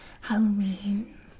Halloween